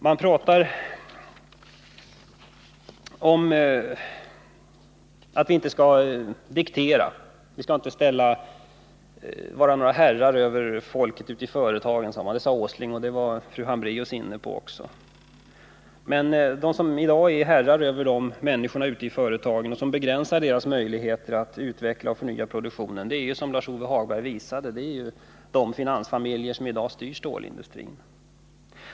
Det har talats om att vi inte skall diktera, inte uppträda som herrar över människorna ute på företagen. Det sade Nils Åsling, och det var också fru Hambraeus inne på. Men de som är herrar över människorna ute på företagen och som begränsar de senares möjligheter att utveckla och förnya produktionen är, som Lars-Ove Hagberg visade, just de finansfamiljer som i dag styr stålindustrin.